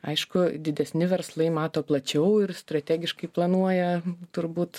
aišku didesni verslai mato plačiau ir strategiškai planuoja turbūt